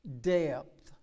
depth